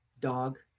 dog